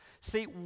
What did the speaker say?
See